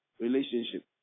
relationship